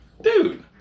Dude